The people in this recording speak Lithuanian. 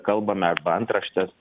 kalbame arba antraštės